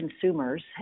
consumers